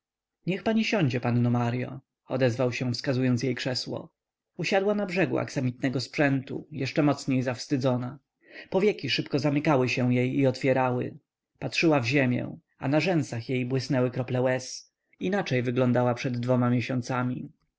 niech pani siądzie panno maryo odezwał się wskazując jej krzesło usiadła na brzegu aksamitnego sprzętu jeszcze mocniej zawstydzona powieki szybko zamykały się jej i otwierały patrzyła w ziemię a na rzęsach jej błysnęły krople łez inaczej wyglądała przed dwoma miesiącami